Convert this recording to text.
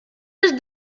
has